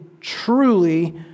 truly